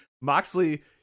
Moxley